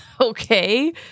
okay